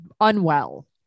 unwell